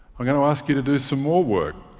i'm going to ask you to do some more work.